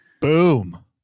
Boom